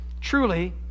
truly